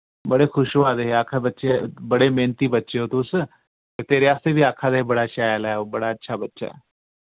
बड़े खुश होआ दे हे आक्खा दे बच्चे बड़े मेहनती बच्चे ओ तुस तेरे आस्तै वी आक्खा दे हे बड़ा शैल ऐ ओह् बड़ा अच्छा बच्चा ऐ